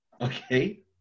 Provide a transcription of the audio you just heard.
okay